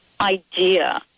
idea